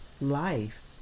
life